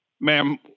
Ma'am